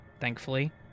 Thankfully